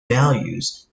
values